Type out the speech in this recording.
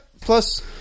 Plus